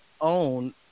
own